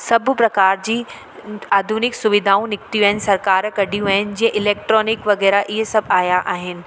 ऐं सभु प्रकार जी आधुनिक सुविधाऊं निकितियूं आहिनि सरकार कढियूं आहिनि जीअं इलैक्ट्रॉनिक वग़ैरह ईअं सभु आया आहिनि